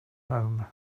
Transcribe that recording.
home